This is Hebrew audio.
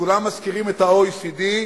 כולם מזכירים את ה-OECD,